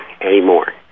anymore